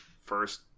first